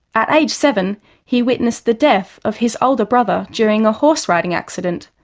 at age seven he witnessed the death of his older brother during a horse riding accident.